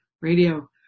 radio